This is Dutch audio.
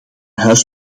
huis